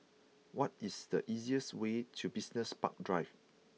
what is the easiest way to Business Park Drive